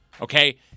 Okay